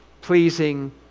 pleasing